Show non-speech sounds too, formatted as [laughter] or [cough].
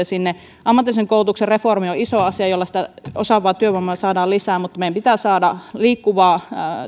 [unintelligible] sinne ammatillisen koulutuksen reformi on iso asia jolla sitä osaavaa työvoimaa saadaan lisää mutta meidän pitää saada